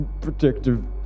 protective